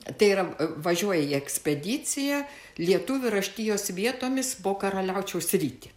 tai yra važiuoja į ekspediciją lietuvių raštijos vietomis buvo karaliaučiaus sritį